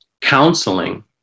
counseling